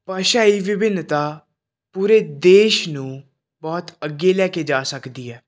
ਭਾਸ਼ਾਈ ਵਿਭਿੰਨਤਾ ਪੂਰੇ ਦੇਸ਼ ਨੂੰ ਬਹੁਤ ਅੱਗੇ ਲੈ ਕੇ ਜਾ ਸਕਦੀ ਹੈ